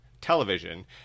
television